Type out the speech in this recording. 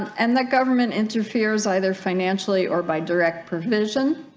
and that government interferes either financially or by direct provision